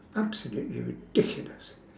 absolutely ridiculous